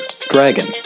Dragon